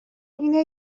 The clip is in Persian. اینه